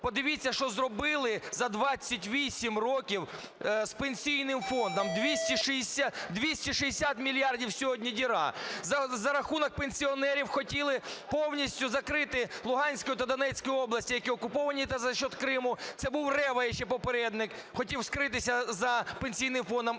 Подивіться, що зробили за 28 років з Пенсійним фондом! 260 мільярдів сьогодні – діра. За рахунок пенсіонерів хотіли повністю закрити Луганську та Донецьку області, які окуповані, та за счет Криму. Це був Рева ще попередник, хотів скритись за Пенсійним фондом.